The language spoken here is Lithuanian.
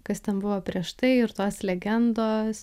kas ten buvo prieš tai ir tos legendos